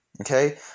Okay